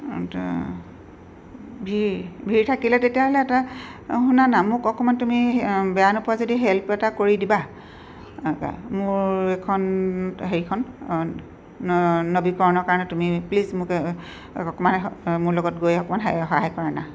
অঁ তে ভিৰ ভিৰ থাকিলে তেতিয়াহ'লে এটা অঁ শুনা না মোক অকণমান তুমি বেয়া নোপোৱা যদি হেল্প এটা কৰি দিবা মোৰ এইখন হেৰিখন ন নৱীকৰণৰ কাৰণে তুমি প্লিজ মোক অকণমান মোৰ লগত গৈ অকণমান সহায় কৰানা